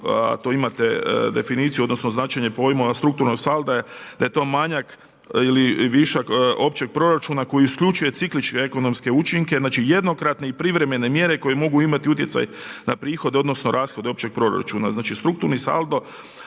to imate definiciju, odnosno značenje pojma strukturnog salda da je to manjak ili višak općeg proračuna koji isključuje cikličke ekonomske učinke, znači jednokratne i privremene mjere koje mogu imati utjecaj na prihode, odnosno rashode općeg proračuna. Znači strukturni saldo